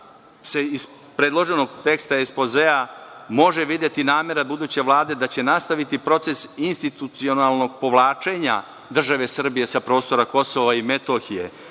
iz predloženog teksta ekspozea može videti namera buduće Vlade da će nastaviti proces institucionalnog povlačenja države Srbije sa prostora KiM.Poštovani